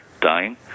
dying